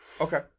Okay